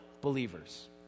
believers